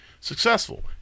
successful